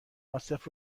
عاصف